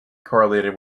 correlated